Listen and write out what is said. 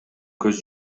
көз